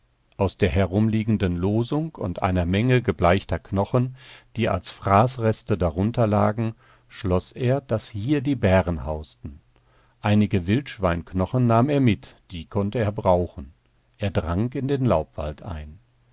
aus der herumliegenden losung und einer menge gebleichter knochen die als fraßreste darunter lagen schloß er daß hier die bären hausten einige wildschweinknochen nahm er mit die konnte er brauchen er drang in den laubwald ein